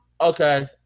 Okay